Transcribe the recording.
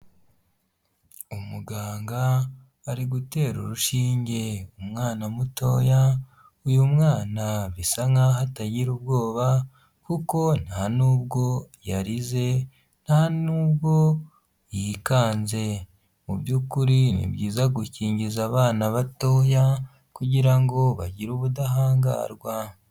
Umuganga ari gutera urushinge umwana mutoya, uyu mwana bisa nk'aho atagira ubwoba, kuko nta n'ubwo yarize, nta n'ubwo yikanze. Mu by'ukuri ni byiza gukingiza abana batoya, kugira ngo bagire ubudahangarwa.